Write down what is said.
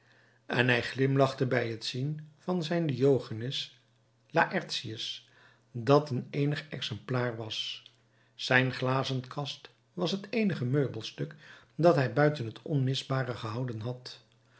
en hij glimlachte bij t zien van zijn diogenes laërtius dat een eenig exemplaar was zijn glazenkast was het eenig meubelstuk dat hij buiten het onmisbare gehouden had